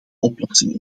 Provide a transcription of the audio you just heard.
oplossing